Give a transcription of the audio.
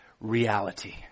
reality